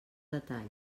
detalls